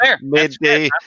Midday